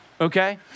okay